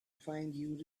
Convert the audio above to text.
find